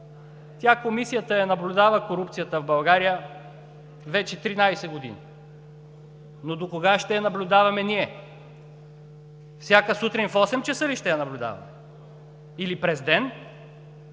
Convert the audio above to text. Тя, Комисията, я наблюдава корупцията в България вече 13 години. Но докога ще я наблюдаваме ние? Всяка сутрин в 8,00 часа ли ще я наблюдаваме, или през ден,